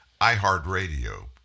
iHeartRadio